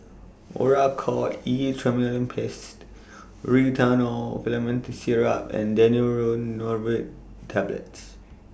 Oracort E Triamcinolone Paste Promethazine Syrup and Daneuron Neurobion Tablets